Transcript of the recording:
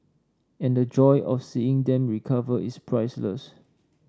and the joy of seeing them recover is priceless